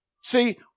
See